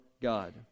God